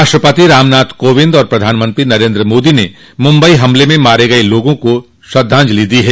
राष्ट्रपति रामनाथ कोविंद और प्रधानमंत्री नरेंद्र मोदी ने मुम्बई हमले में मारे गए लोगों को श्रद्धांजलि दी है